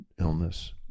illness